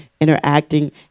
interacting